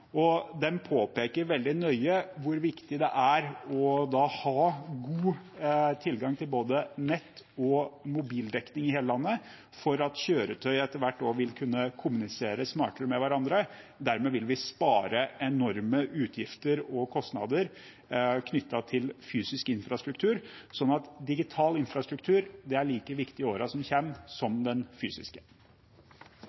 påpeker veldig nøye hvor viktig det er å ha god tilgang til både nett og mobildekning i hele landet for at kjøretøy etter hvert skal kunne kommunisere smartere med hverandre. Dermed vil vi spare enorme utgifter og kostnader knyttet til fysisk infrastruktur. Digital infrastruktur er i årene som kommer, like viktig